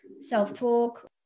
self-talk